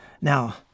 Now